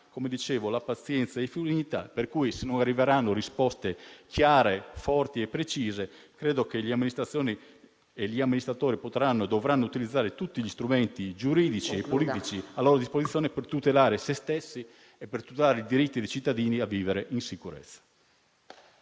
come dicevo, la pazienza è finita, dunque se non arriveranno risposte chiare, forti e precise credo che gli amministratori potranno e dovranno utilizzare tutti gli strumenti giuridici e politici a loro disposizione per tutelare se stessi e per tutelare i diritti dei cittadini a vivere in sicurezza.